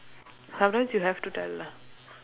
sometimes you have to tell lah